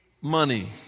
money